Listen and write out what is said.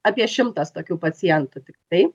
apie šimtas tokių pacientų tiktai